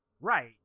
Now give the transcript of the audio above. Right